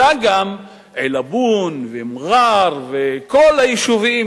שאלא גם עילבון ומע'אר וכל היישובים